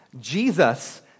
Jesus